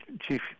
Chief